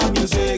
music